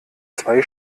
zwei